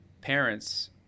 parents